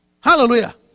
Hallelujah